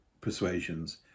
persuasions